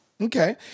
Okay